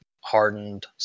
hardened